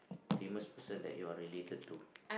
famous person that you are related to